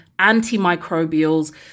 antimicrobials